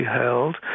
held